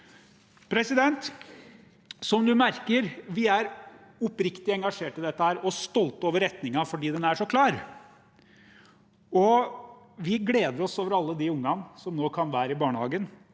starten. Som man merker: Vi er oppriktig engasjert i dette og stolte over retningen fordi den er så klar. Vi gleder oss over alle de ungene som nå kan være i barnehagen,